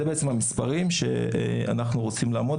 אלו המספרים שאנחנו רוצים לעמוד